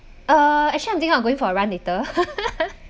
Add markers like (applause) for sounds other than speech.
uh actually I'm thinking of going for a run later (laughs)